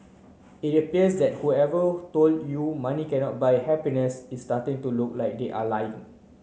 it appears that whoever told you money cannot buy happiness is starting to look like they are lying